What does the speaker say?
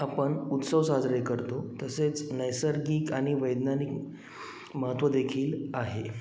आपण उत्सव साजरे करतो तसेच नैसर्गिक आणि वैज्ञानिक महत्त्व देखील आहे